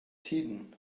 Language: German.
tiden